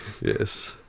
Yes